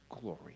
glory